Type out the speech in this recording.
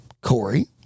Corey